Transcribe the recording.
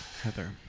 Heather